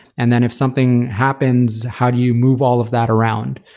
and then if something happens, how do you move all of that around?